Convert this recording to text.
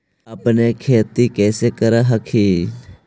अपने खेती कैसे कर हखिन?